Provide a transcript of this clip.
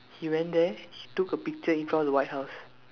he went there he took a picture in front of the white house